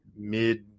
mid